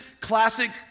classic